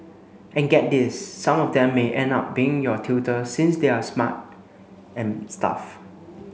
and get this some of them may end up being your tutor since they're smart and stuff